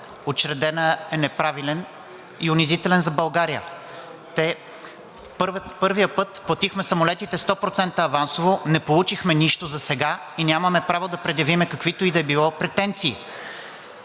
учредена, е неправилен и унизителен за България. Първият път платихме самолетите 100% авансово, не получихме нищо засега и нямаме право да предявим каквито и да е било претенции.